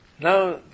Now